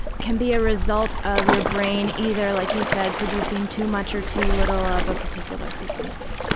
can be a result of your brain either, like you said, producing too much or too little of a particular frequency,